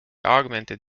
augmented